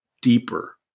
deeper